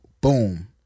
boom